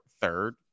third